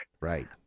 right